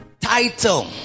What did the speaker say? title